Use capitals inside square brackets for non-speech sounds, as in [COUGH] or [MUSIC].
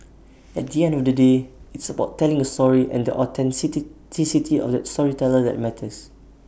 at the end of the day it's about telling A story and the [UNINTELLIGIBLE] of the storyteller that matters